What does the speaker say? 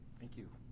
thank you.